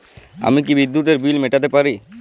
আমি কি বিদ্যুতের বিল মেটাতে পারি?